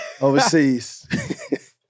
overseas